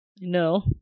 no